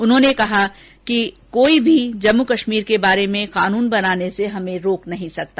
उन्होंने कहा कि कोई भी जम्मू कश्मीर के बारे में कानून बनाने से हमें नहीं रोक सकता